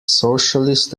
socialist